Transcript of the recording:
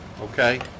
Okay